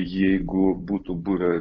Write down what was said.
jeigu būtų buvę